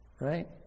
Right